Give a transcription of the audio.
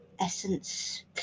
essence